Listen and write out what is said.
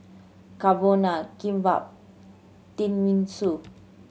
Carbonara Kimbap Tenmusu